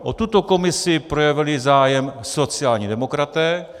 O tuto komisi projevili zájem sociální demokraté.